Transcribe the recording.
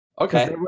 okay